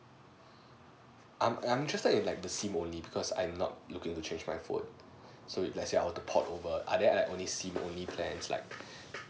I'm I'm just like the sim only because I'm not look into change my phone so if let's say I want to port over are there only sim only plans like